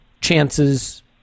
chances